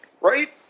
right